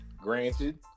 Granted